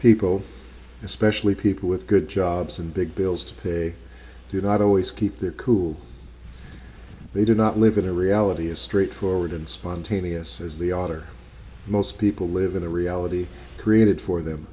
people especially people with good jobs and big bills to pay do not always keep their cool they do not live in a reality is straightforward and spontaneous is the author most people live in a reality created for them